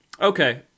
Okay